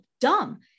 dumb